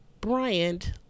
bryant